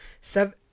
seven